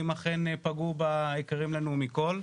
האם אכן פגעו ביקרים לנו מכל,